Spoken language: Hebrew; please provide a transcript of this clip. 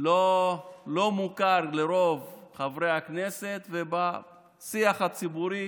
לא מוכר לרוב חברי הכנסת, ובשיח הציבורי